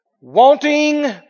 wanting